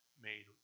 made